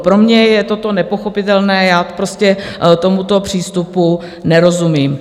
Pro mě je toto nepochopitelné, prostě tomuto přístupu nerozumím.